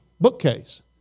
bookcase